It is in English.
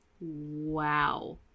Wow